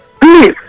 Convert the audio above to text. please